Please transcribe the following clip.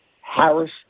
Harris